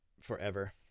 forever